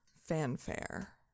fanfare